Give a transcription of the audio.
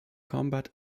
combat